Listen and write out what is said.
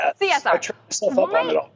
CSR